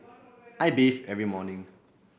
I bathe every morning